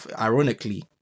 Ironically